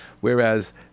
whereas